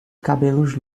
cabelos